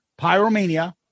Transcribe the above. Pyromania